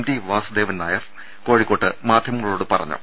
T Vasudevan Nair കോഴിക്കോ ട്ട് മാധ്യമങ്ങളോട് പറഞ്ഞു